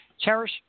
Cherish